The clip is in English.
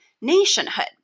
nationhood